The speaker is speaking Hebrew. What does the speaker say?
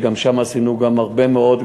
וגם שם עשינו גם הרבה מאוד,